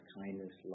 kindness